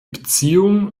beziehung